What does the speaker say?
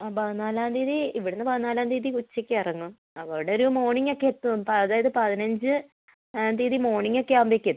ആ പതിനാലാം തീയതി ഇവിടുന്ന് പതിനാലാം തീയതി ഉച്ചയ്ക്ക് ഇറങ്ങും അവിടെ ഒരു മോർണിംഗ് ഒക്കെ എത്തും അതായത് പതിനഞ്ചാം തീയതി മോർണിംഗ് ഒക്കെ ആകുമ്പോഴേക്കും എത്തും